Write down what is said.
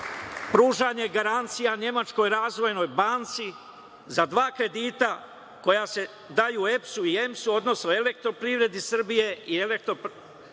pružanje garancije Nemačkoj razvojnoj banci za dva kredita koja se daju EPS-u i EMS-u, odnosno „Elektroprivredi Srbije“ i „Elektromreži